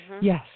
Yes